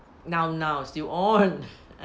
now now still on